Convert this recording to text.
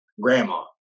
grandma